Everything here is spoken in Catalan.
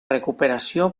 recuperació